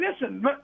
listen